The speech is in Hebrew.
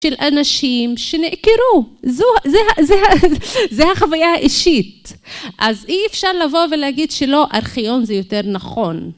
של אנשים שנעקרו, זו, זו, זה החוויה האישית, אז אי אפשר לבוא ולהגיד שלא ארכיון זה יותר נכון.